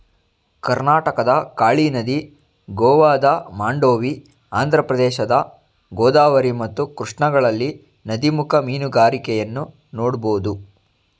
ಕರ್ನಾಟಕದ ಕಾಳಿ ನದಿ, ಗೋವಾದ ಮಾಂಡೋವಿ, ಆಂಧ್ರಪ್ರದೇಶದ ಗೋದಾವರಿ ಮತ್ತು ಕೃಷ್ಣಗಳಲ್ಲಿ ನದಿಮುಖ ಮೀನುಗಾರಿಕೆಯನ್ನು ನೋಡ್ಬೋದು